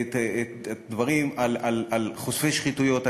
את הדברים על חושפי שחיתויות.